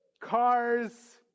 Cars